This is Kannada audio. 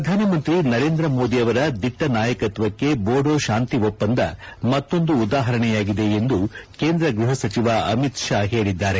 ಪ್ರಧಾನಮಂತ್ರಿ ನರೇಂದ್ರ ಮೋದಿ ಅವರ ದಿಟ್ಟ ನಾಯಕತ್ವಕ್ಕೆ ಬೋಡೋ ಶಾಂತಿ ಒಪ್ಪಂದ ಮತ್ತೊಂದು ಉದಾಹರಣೆಯಾಗಿದೆ ಎಂದು ಕೇಂದ್ರ ಗ್ಬಹ ಸಚಿವ ಅಮಿತ್ ಶಾ ಹೇಳಿದ್ದಾರೆ